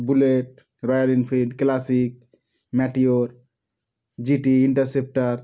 bullet Royal Enfield classic meteor G T interceptor